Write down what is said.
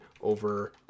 over